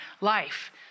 life